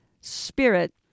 spirit